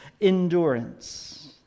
endurance